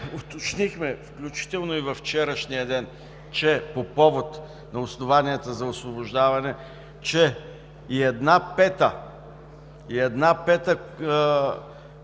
Уточнихме, включително и във вчерашния ден, че по повод на основанията за освобождаване, че и 1/5, колега